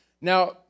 Now